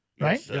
Right